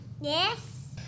Yes